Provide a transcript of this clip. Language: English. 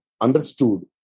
understood